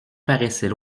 paraissait